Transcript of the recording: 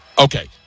Okay